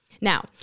Now